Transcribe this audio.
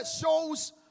shows